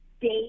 date